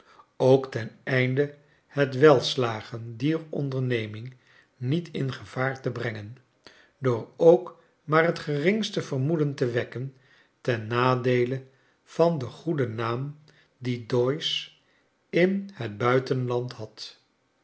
ook ten einde het welslagen dier onderneming niet in gevaar te brangen door ook maar het geringste vermoeden te wekken ten nadeele van den goeden naam dien doyoe in het buitenland had